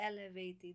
elevated